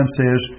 says